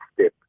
step